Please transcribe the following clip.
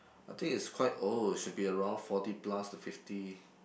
I think is quite old should be around forty plus to fifty